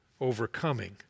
overcoming